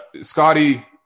Scotty